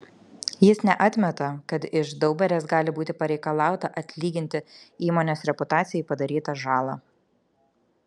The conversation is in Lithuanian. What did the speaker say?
jis neatmeta kad iš daubarės gali būti pareikalauta atlyginti įmonės reputacijai padarytą žalą